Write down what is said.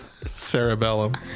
Cerebellum